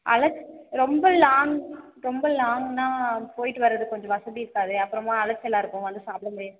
அலச் ரொம்ப லாங் ரொம்ப லாங்னால் போயிட்டு வர்றது கொஞ்சம் வசதி இருக்காதே அப்புறமா அலச்சலாக இருக்கும் வந்து சாப்பிட முடியாது